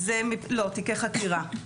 לא, תיקי חקירה.